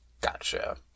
Gotcha